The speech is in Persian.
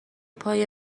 پای